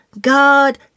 God